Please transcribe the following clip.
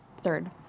Third